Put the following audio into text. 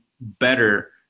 better